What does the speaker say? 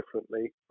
differently